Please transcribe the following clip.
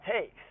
takes